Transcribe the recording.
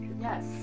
Yes